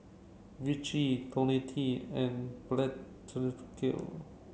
Vichy Ionil T and